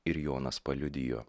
ir jonas paliudijo